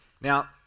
Now